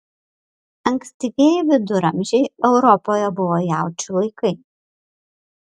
ankstyvieji viduramžiai europoje buvo jaučių laikai